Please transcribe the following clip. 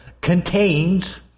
contains